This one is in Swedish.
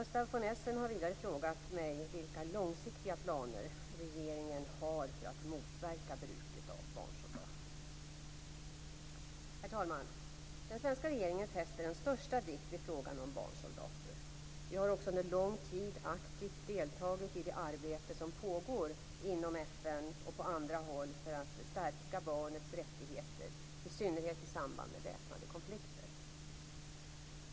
Gustaf von Essen har vidare frågat mig vilka långsiktiga planer regeringen har för att motverka bruket av barnsoldater. Herr talman! Den svenska regeringen fäster den största vikt vid frågan om barnsoldater. Vi har också under lång tid aktivt deltagit i det arbete som pågår inom FN och på andra håll för att stärka barnets rättigheter, i synnerhet i samband med väpnade konflikter.